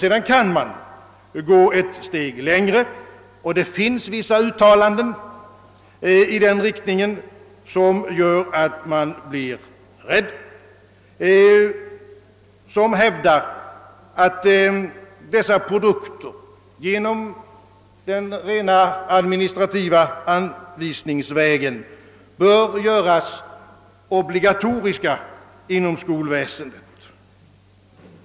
Sedan kan man gå ett steg längre — och det finns vissa uttalanden som gör att man kan frukta en utveckling i denna riktning — och hävda att de produkter det gäller på rent administrativ väg bör göras ogligatoriska inom skolväsendet.